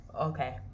Okay